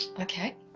okay